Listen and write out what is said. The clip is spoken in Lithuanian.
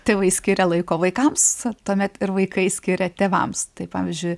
tėvai skiria laiko vaikams tuomet ir vaikai skiria tėvams tai pavyzdžiui